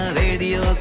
radio